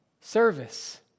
service